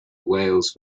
wales